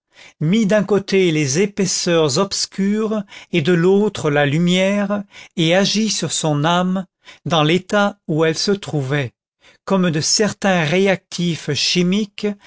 mit d'un côté les épaisseurs obscures et de l'autre la lumière et agit sur son âme dans l'état où elle se trouvait comme de certains réactifs chimiques